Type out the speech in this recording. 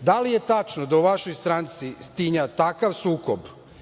da li je tačno da u vašoj stranci tinja takav sukob